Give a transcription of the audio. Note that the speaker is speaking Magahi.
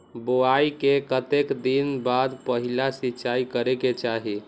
बोआई के कतेक दिन बाद पहिला सिंचाई करे के चाही?